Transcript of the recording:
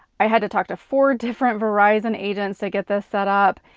i had to talk to four different verizon agents to get this set up,